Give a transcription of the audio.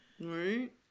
Right